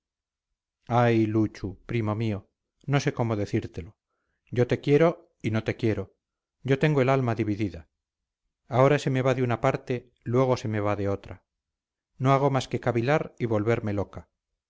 ay luchu primo mío no sé cómo decírtelo yo te quiero y no te quiero yo tengo el alma dividida ahora se me va de una parte luego se me va de otra no hago más que cavilar y volverme loca